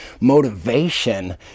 motivation